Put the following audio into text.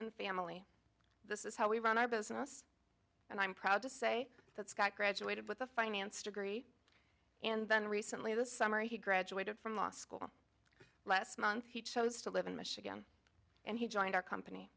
and family this is how we run our business and i'm proud to say that scott graduated with a finance degree and then recently this summer he graduated from law school last month he chose to live in michigan and he joined our company